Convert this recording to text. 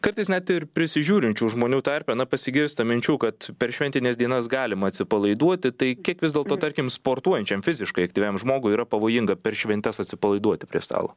kartais net ir prižiūrinčių žmonių tarpe na pasigirsta minčių kad per šventines dienas galima atsipalaiduoti tai kiek vis dėlto tarkim sportuojančiam fiziškai aktyviam žmogui yra pavojinga per šventes atsipalaiduoti prie stalo